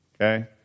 Okay